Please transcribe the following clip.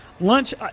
Lunch